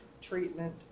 treatment